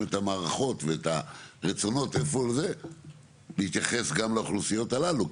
את המערכות ואת הרצונות ,להתייחס גם לאוכלוסיות הללו,